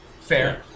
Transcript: Fair